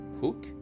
Hook